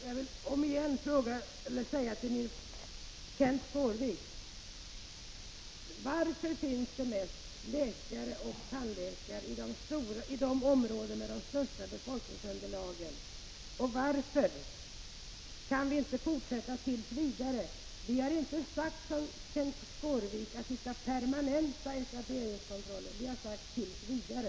Herr talman! Återigen vill jag fråga Kenth Skårvik: Varför finns de flesta läkarna och tandläkarna i de områden som har det största befolkningsunderlaget, och varför kan vi inte fortsätta med nuvarande system tills vidare? Vi har inte sagt att systemet med etableringskontroll skall permanentas. Vi har sagt att det skall finnas tills vidare.